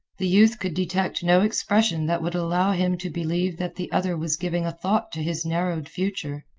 the youth could detect no expression that would allow him to believe that the other was giving a thought to his narrowed future,